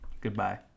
Goodbye